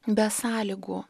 be sąlygų